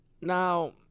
Now